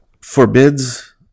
forbids